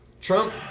Trump